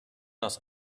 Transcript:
das